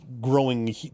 growing